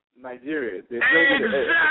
Nigeria